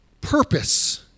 purpose